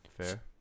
Fair